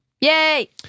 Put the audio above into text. Yay